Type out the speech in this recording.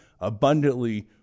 abundantly